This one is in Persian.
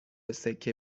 سکه